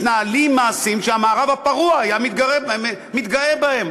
מתנהלים מעשים שהמערב הפרוע היה מתגאה בהם,